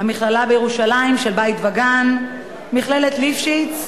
"מכללה ירושלים" בבית-וגן, מכללת "ליפשיץ"